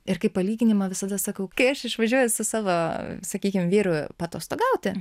ir kaip palyginimą visada sakau kai aš išvažiuoju su savo sakykim vyru paatostogauti